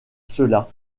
cela